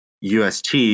ust